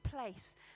place